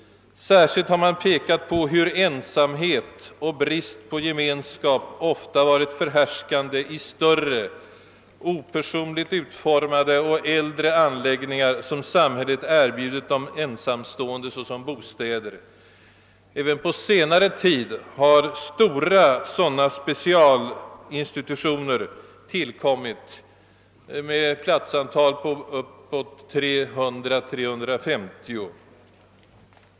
Särskilt har man pekat på hur ensamhet och brist på gemenskap ofta varit förhärskande i större, opersonligt utformade och äldre anläggningar som samhället erbjudit de ensamstående såsom bostäder. även på senare tid har stora sådana specialinstitutioner tillkommit med 300—350 platser.